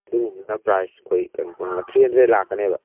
ꯑꯗꯨꯒꯨꯝꯕꯗꯨꯅ price ꯑꯩꯈꯣꯏ ꯀꯩꯅꯣ three hundred ꯂꯥꯛꯀꯅꯦꯕ